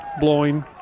blowing